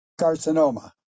carcinoma